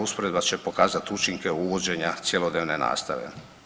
Usporedba će pokazat učinke uvođenja cjelodnevne nastave.